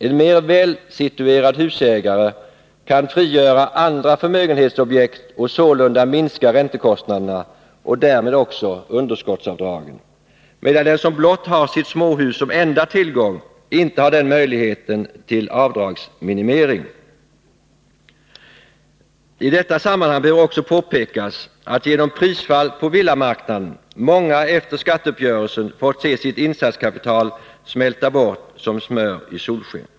En mer välsituerad husägare kan frigöra andra förmögenhetsobjekt och sålunda minska räntekostnaderna och därmed också underskottsavdragen, medan den som har sitt småhus som enda tillgång inte har sådan möjlighet till avdragsminimering. I detta sammanhang behöver också påpekas att många människor genom prisfall på villamarknaden efter skatteuppgörelsen fått se sitt insatskapital smälta bort som smör i solsken.